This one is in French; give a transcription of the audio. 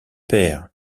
pair